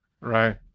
Right